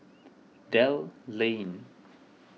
Dell Lane